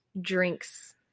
drinks